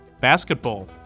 basketball